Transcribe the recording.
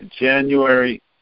January